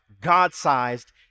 God-sized